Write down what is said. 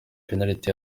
penaliti